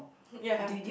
ya